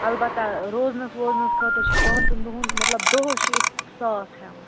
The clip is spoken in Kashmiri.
اَلبتہ روزنَس ووزنَس خٲطرٕ چھِ پانٛژَن دۄہَن مطلب دۄہَس چھِ أسۍ ساس ہٮ۪وان